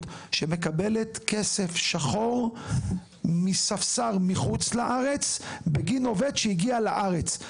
שמקבלת כסף שחור מספספר מחוץ לארץ בגין עובד שהגיע לארץ?